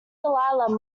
dahlia